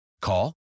Call